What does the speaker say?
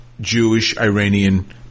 Jewish-Iranian